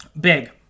big